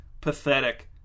Pathetic